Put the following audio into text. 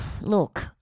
Look